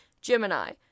Gemini